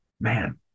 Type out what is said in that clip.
man